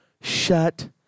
shut